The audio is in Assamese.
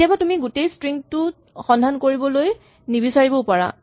কেতিয়াবা তুমি গোটেই স্ট্ৰিং টোত সন্ধান কৰিবলৈ নিবিচাৰিবও পাৰা